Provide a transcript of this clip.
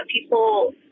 people